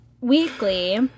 weekly